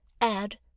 add